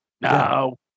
No